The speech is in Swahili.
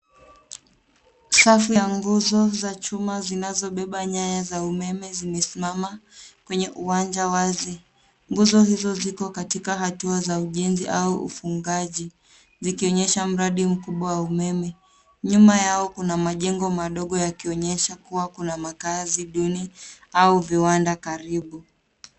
Safu ya nguzo za chuma zinazobeba nyanya za umeme zimesimama kwenye uwanja wazi. Nguzo hizo ziko katika hatua za ujenzi au ufungaji. Zikionyesha mradi mkubwa wa umeme. Nyuma yao kuna majengo madogo yakionyesha kuwa kuna makazi duni au viwanda karibu.